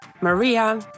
Maria